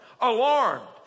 Alarmed